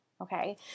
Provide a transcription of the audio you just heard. Okay